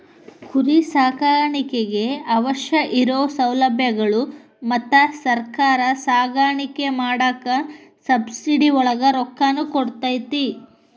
ಕುರಿ ಸಾಕಾಣಿಕೆಗೆ ಅವಶ್ಯ ಇರು ಸೌಲಬ್ಯಗಳು ಮತ್ತ ಸರ್ಕಾರಾ ಸಾಕಾಣಿಕೆ ಮಾಡಾಕ ಸಬ್ಸಿಡಿ ಒಳಗ ರೊಕ್ಕಾನು ಕೊಡತತಿ